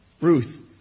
Ruth